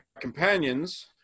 companions